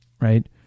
right